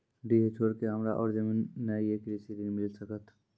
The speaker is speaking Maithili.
डीह छोर के हमरा और जमीन ने ये कृषि ऋण मिल सकत?